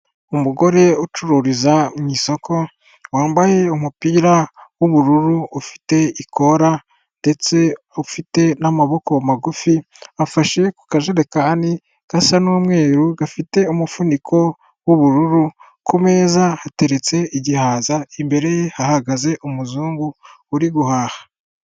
Umugore ucururiza mu isoko wambaye umupira w'ubururu, ufite ikora ndetse ufite n'amaboko magufi, afashe ku kajarekani gasa n'umweru gafite umufuniko wubururu, ku meza hateretse igihaza, imbere ye hahagaze umuzungu uri guhaha.